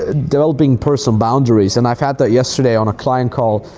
ah developing personal boundaries. and i've had that yesterday on a client call.